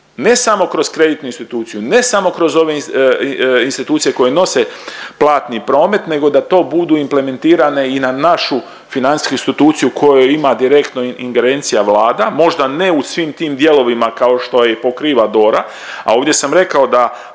ne samo kroz kreditnu instituciju, ne samo kroz ove institucije koje nose platni promet nego da to budu implementirane i na našu financijsku instituciju u kojoj ima direktno ingerencija Vlada. Možda ne u svim tim dijelovima kao što i pokriva DORA, a ovdje sam rekao da